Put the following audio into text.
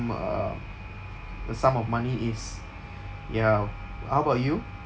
uh a sum of money is ya how about you